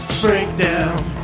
Breakdown